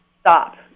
stop